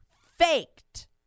faked